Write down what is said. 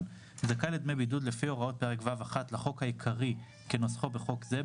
זכאי לדמי בידוד לפי הוראות פרק ו'1 לחוק העיקרי כנוסחו בחוק זה,